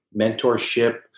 mentorship